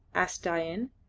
asked dain.